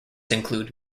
include